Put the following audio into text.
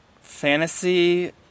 fantasy